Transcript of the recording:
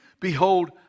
Behold